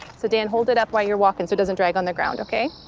so then hold it up while you're walking so it doesn't drag on the ground, ok?